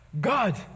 God